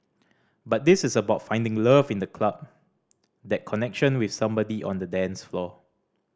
but this is about finding love in the club that connection with somebody on the dance floor